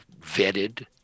vetted